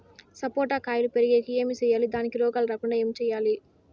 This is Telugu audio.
సపోట కాయలు పెరిగేకి ఏమి సేయాలి దానికి రోగాలు రాకుండా ఏమి సేయాలి?